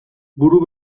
buru